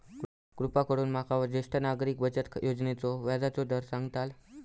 कृपा करून माका ज्येष्ठ नागरिक बचत योजनेचो व्याजचो दर सांगताल